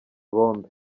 bombe